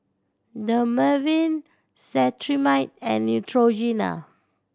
Dermaveen Cetrimide and Neutrogena